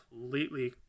completely